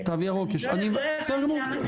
בסדר גמור.